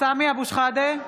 סמי אבו שחאדה,